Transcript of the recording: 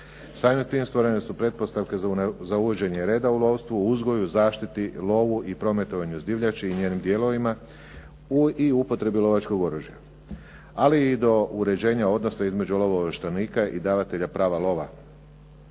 Samim tim stvorene su pretpostavke za uvođenje reda u lovstvu, uzgoju, zaštiti, lovu i prometovanju s divljači i njenim dijelovima i upotrebi lovačkog oružja. Ali i do uređenja odnosa između lovoovlaštenika i davatelja prava lova.